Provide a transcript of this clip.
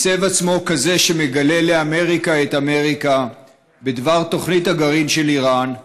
מיצב עצמו כזה שמגלה לאמריקה את אמריקה בדבר תוכנית הגרעין של איראן.